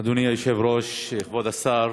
אדוני היושב-ראש, כבוד השר,